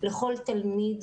לכל תלמיד,